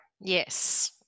Yes